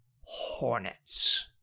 Hornets